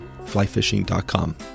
flyfishing.com